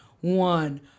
one